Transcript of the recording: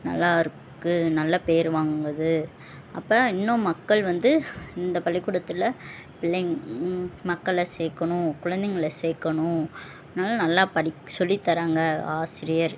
நல்லாயிருக்கு நல்ல பேர் வாங்குது அப்போ இன்னும் மக்கள் வந்து இந்த பள்ளிக்கூடத்தில் பிள்ளைங் மக்களை சேர்க்கணும் குழந்தைங்கள சேர்க்கணும் அதனால நல்லா படிச் சொல்லித் தராங்க ஆசிரியர்